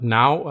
now